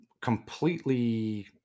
completely